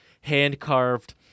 hand-carved